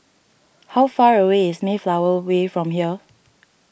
how far away is Mayflower Way from here